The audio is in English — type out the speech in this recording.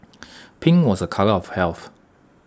pink was A colour of health